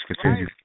continue